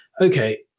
Okay